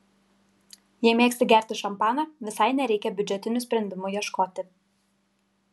jei mėgsti gerti šampaną visai nereikia biudžetinių sprendimų ieškoti